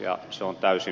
ja se on täysin perusteltu